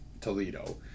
Toledo